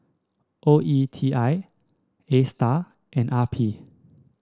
O E T I Astar and R P